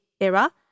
era